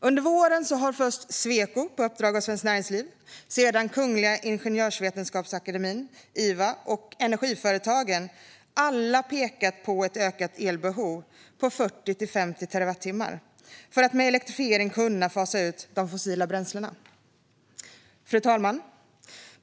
Under våren har först Sweco på uppdrag av Svenskt Näringsliv och sedan Kungliga Ingenjörsvetenskapsakademien, IVA, och Energiföretagen alla pekat på ett ökat elbehov på 40-50 terawattimmar för att med elektrifiering kunna fasa ut de fossila bränslena. Fru talman!